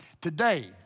Today